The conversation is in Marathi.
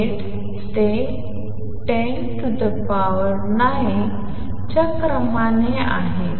च्या क्रमाने आहे